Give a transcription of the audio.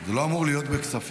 זה לא אמור להיות בכספים?